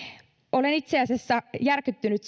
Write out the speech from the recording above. olen itse asiassa järkyttynyt